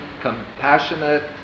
compassionate